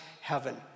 heaven